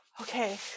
okay